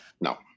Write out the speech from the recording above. no